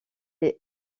les